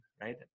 right